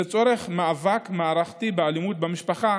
לצורך מאבק מערכתי באלימות במשפחה